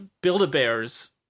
Build-A-Bears